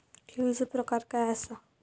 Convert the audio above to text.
ठेवीचो प्रकार काय असा?